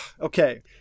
Okay